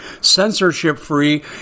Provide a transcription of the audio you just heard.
censorship-free